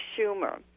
Schumer